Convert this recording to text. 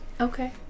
Okay